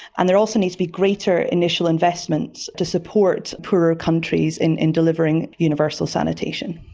and there also need to be greater initial investments to support poorer countries in in delivering universal sanitation.